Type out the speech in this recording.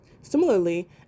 Similarly